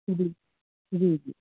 जी जी जी